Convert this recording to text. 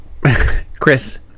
Chris